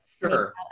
Sure